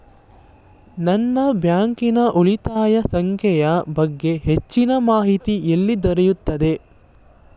ನನ್ನ ಬ್ಯಾಂಕಿನ ಉಳಿತಾಯ ಸಂಖ್ಯೆಯ ಬಗ್ಗೆ ಹೆಚ್ಚಿನ ಮಾಹಿತಿ ಎಲ್ಲಿ ದೊರೆಯುತ್ತದೆ?